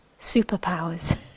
superpowers